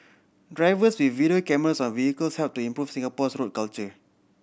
drivers with video cameras on vehicles help to improve Singapore's road culture